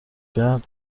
کردم